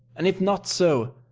and if not so,